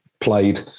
played